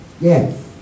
yes